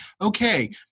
okay